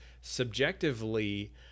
subjectively